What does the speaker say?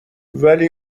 ولی